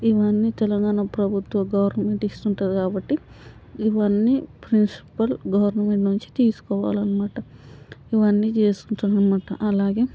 ఇవన్నీ తెలంగాణ ప్రభుత్వ గవర్నమెంట్ ఇస్తూ ఉంటుంది కాబట్టి ఇవన్నీ ప్రిన్సిపల్ గవర్నమెంట్ నుంచి తీసుకోవాలి అన్నమాట ఇవన్నీ చేస్తుంటాడడు అన్నమాట అలాగే